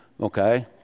Okay